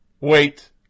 Wait